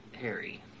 Harry